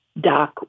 Doc